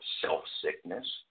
self-sickness